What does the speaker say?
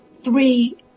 three